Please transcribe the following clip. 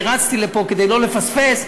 אני רצתי לפה כדי לא לפספס,